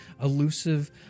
elusive